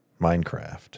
minecraft